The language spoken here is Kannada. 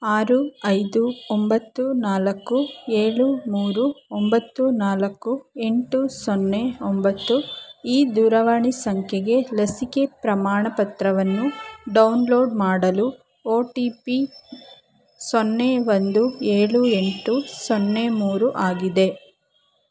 ಆರು ಐದು ಒಂಬತ್ತು ನಾಲ್ಕು ಏಳು ಮೂರು ಒಂಬತ್ತು ನಾಲ್ಕು ಎಂಟು ಸೊನ್ನೆ ಒಂಬತ್ತು ಈ ದೂರವಾಣಿ ಸಂಖ್ಯೆಗೆ ಲಸಿಕೆ ಪ್ರಮಾಣಪತ್ರವನ್ನು ಡೌನ್ಲೋಡ್ ಮಾಡಲು ಒ ಟಿ ಪಿ ಸೊನ್ನೆ ಒಂದು ಏಳು ಎಂಟು ಸೊನ್ನೆ ಮೂರು ಆಗಿದೆ